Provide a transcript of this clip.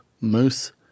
Moose